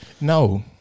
No